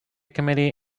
committee